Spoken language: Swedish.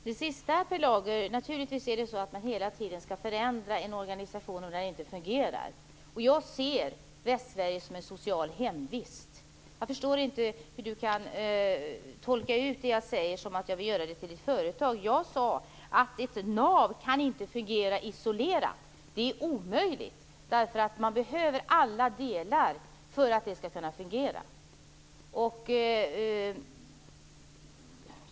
Herr talman! Jag vill börja med det sista Per Lager sade. Naturligtvis skall man hela tiden förändra en organisation om den inte fungerar. Jag ser Västsverige som en social hemvist. Jag förstår inte hur Per Lager kan tolka det jag säger som att jag vill göra det till ett företag. Jag sade att ett nav inte kan fungera isolerat. Det är omöjligt. Man behöver alla delar för att det skall kunna fungera.